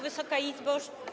Wysoka Izbo!